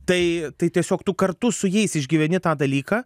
tai tai tiesiog tu kartu su jais išgyveni tą dalyką